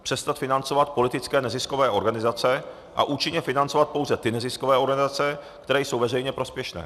Přestat financovat politické neziskové organizace a účinně financovat pouze ty neziskové organizace, které jsou veřejně prospěšné.